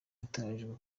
iteganyijwe